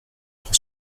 pour